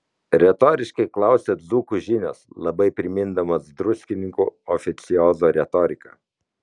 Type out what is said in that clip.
retoriškai klausia dzūkų žinios labai primindamos druskininkų oficiozo retoriką